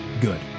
Good